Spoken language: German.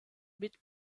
mit